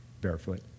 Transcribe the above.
barefoot